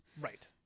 right